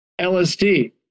LSD